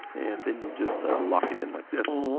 and then you just lock it in like this.